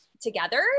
together